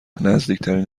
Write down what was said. نزدیکترین